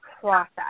process